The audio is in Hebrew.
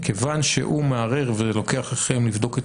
מכיוון שהוא מערער ולוקח לכם לבדוק את